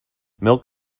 milk